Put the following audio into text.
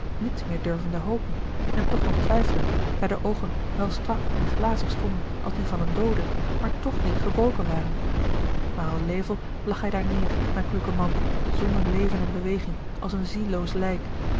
niets meer durvende hopen en toch nog twijfelend daar de oogen wel strak en glazig stonden als die van een doode maar toch nog niet gebroken waren maar alevel lag hij daar neêr mijn kloeke man zonder leven en beweging als een zielloos lijk